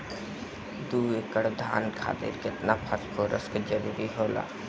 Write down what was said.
दु एकड़ धान खातिर केतना फास्फोरस के जरूरी होला?